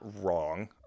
wrong